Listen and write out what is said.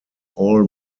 all